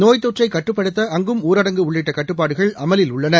நோய்த் தொற்றைக் கட்டுப்படுத்த அங்கும் ஊரடங்கு உள்ளிட்ட கட்டுப்பாடுகள் அமலில்உள்ளன